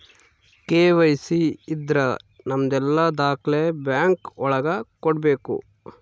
KYC ಇದ್ರ ನಮದೆಲ್ಲ ದಾಖ್ಲೆ ಬ್ಯಾಂಕ್ ಒಳಗ ಕೊಡ್ಬೇಕು